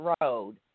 road